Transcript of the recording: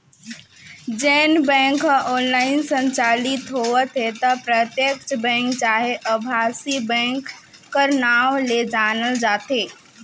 जेन बेंक ह ऑनलाईन संचालित होवत हे ल प्रत्यक्छ बेंक चहे अभासी बेंक कर नांव ले जानल जाथे